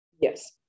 Yes